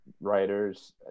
writers